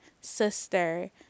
sister